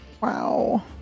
Wow